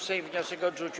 Sejm wniosek odrzucił.